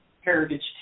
Heritage